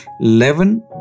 eleven